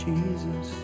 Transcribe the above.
Jesus